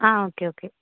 ആ okay okay